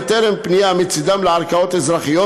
בטרם פנייה מצדו לערכאות אזרחיות.